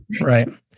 Right